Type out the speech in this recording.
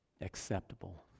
acceptable